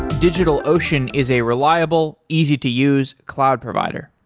digitalocean is a reliable, easy to use cloud provider.